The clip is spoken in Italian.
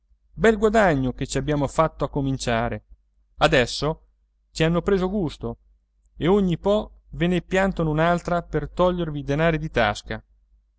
bel guadagno che ci abbiamo fatto a cominciare adesso ci hanno preso gusto e ogni po ve ne piantano un'altra per togliervi i denari di tasca